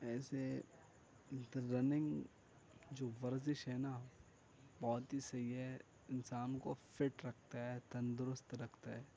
ایسے رننگ جو ورزش ہے نا بہت ہی صحیح ہے انسان کو فٹ رکھتا ہے تندرست رکھتا ہے